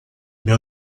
meu